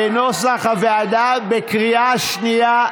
בקריאה שנייה.